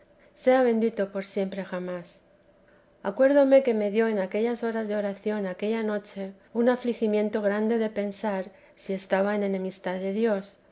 sea bendito por siempre jamás acuerdóme que me dio en aquellas horas de oración aquella noche un afligimiento grande de pensar si estaba en amistad de dios